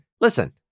listen